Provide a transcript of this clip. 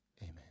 Amen